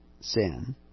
sin